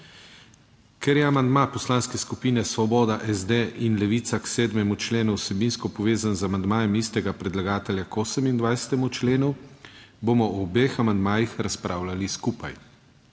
Ker je amandma poslanske skupine Svoboda SD in Levica k 7. členu vsebinsko povezan z amandmajem istega predlagatelja k 28. členu bomo o obeh amandmajih razpravljali skupaj.